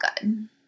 good